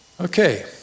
Okay